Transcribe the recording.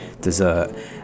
dessert